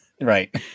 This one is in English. right